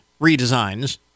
redesigns